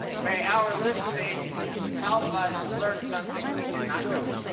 may our listening help us learn something we did not know,